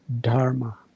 Dharma